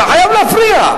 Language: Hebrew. אתה חייב להפריע?